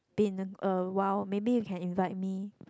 been awhile maybe you can invite me